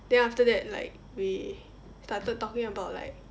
then after that like we started talking about like